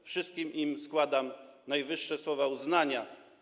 Wszystkim im składam najwyższe słowa uznania.